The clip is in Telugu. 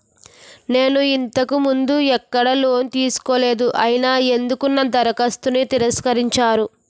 నేను ఇంతకు ముందు ఎక్కడ లోన్ తీసుకోలేదు అయినా ఎందుకు నా దరఖాస్తును తిరస్కరించారు?